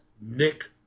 Nick